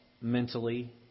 mentally